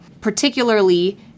particularly